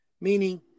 Meaning